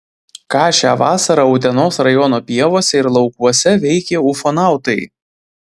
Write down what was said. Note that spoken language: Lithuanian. ką šią vasarą utenos rajono pievose ir laukuose veikė ufonautai